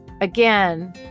Again